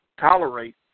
tolerate